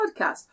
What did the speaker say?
podcast